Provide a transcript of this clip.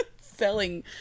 Selling